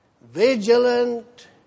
vigilant